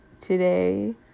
today